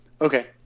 Okay